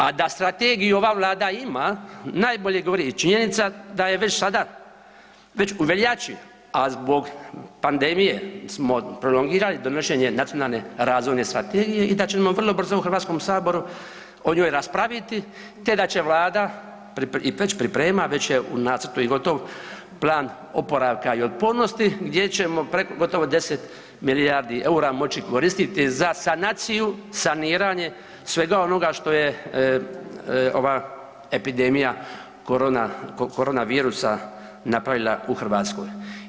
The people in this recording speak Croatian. A da strategiju ova vlada ima najbolje govori i činjenica da je već sada, već u veljači, a zbog pandemije smo prolongirali donošenje nacionalne razvojne strategije i da ćemo vrlo brzo u HS o njoj raspraviti, te da će vlada i već priprema, već je u nacrtu i gotovo plan oporavka i otpornosti gdje ćemo preko gotovo 10 milijardi EUR-a moći koristiti za sanaciju, saniranje svega onoga što je ova epidemija korona, korona virusa napravila u Hrvatskoj.